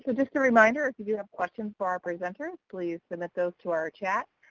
but just a reminder if you have questions for our presenters please submit those to our chat.